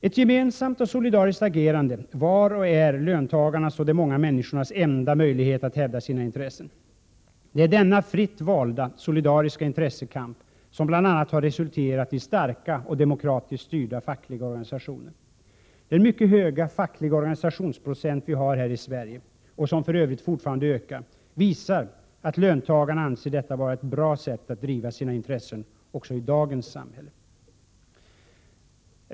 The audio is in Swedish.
Ett gemensamt och solidariskt agerande var och är löntagarnas och de många människornas enda möjlighet att hävda sina intressen. Det är denna fritt valda, solidariska intressekamp som bl.a. har resulterat i starka och demokratiskt styrda fackliga organisationer. Den mycket höga fackliga organisationsprocent vi har här i Sverige, och som för övrigt fortfarande ökar, visar att löntagarna anser detta vara ett bra sätt att driva sina intressen också i dagens samhälle.